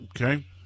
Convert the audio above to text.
okay